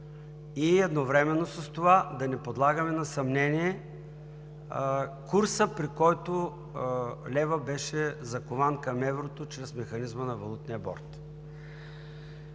и едновременно с това да не подлагаме на съмнение курса, при който левът беше закован към еврото чрез механизма на валутния борд.